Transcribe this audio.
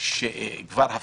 אדוני היושב-ראש,